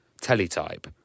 teletype